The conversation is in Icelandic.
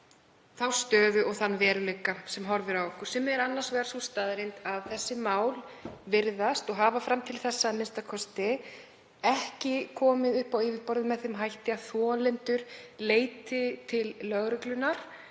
þá stöðu og þann veruleika sem horfir við okkur, sem er annars vegar sú staðreynd að þessi mál virðast fram til þessa a.m.k. ekki hafa komið upp á yfirborðið með þeim hætti að þolendur leiti til lögreglunnar,